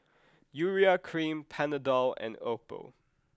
Urea Cream Panadol and Oppo